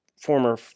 former